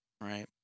right